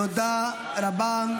תודה רבה.